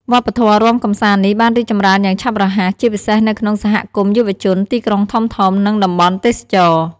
វប្បធម៌រាំកម្សាន្តនេះបានរីកចម្រើនយ៉ាងឆាប់រហ័ស ជាពិសេសនៅក្នុងសហគមន៍យុវជន ទីក្រុងធំៗ និងតំបន់ទេសចរណ៍។